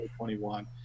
2021